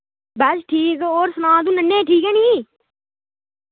बस ठीक और सना तू नन्ने ठीक ऐ नी